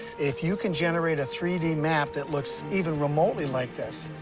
if you can generate a three d map that looks even remotely like this,